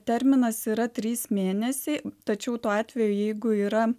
terminas yra trys mėnesiai tačiau tuo atveju jeigu yra